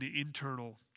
internal